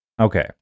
okay